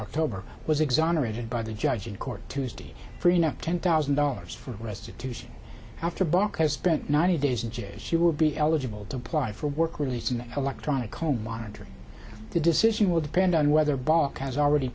october was exonerated by the judge in court tuesday pre nup ten thousand dollars for restitution after bach has spent ninety days in jail she will be eligible to apply for work release in an electronic home monitoring the decision will depend on whether bach has already